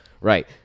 Right